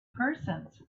persons